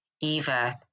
Eva